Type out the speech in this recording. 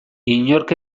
inork